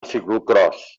ciclocròs